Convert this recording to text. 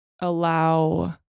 allow